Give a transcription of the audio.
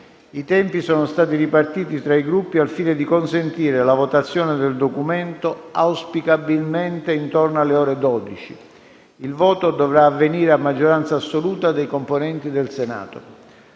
I tempi sono stati ripartiti tra i Gruppi al fine di consentire la votazione del documento auspicabilmente intorno alle ore 12. Il voto dovrà avvenire a maggioranza assoluta dei componenti del Senato.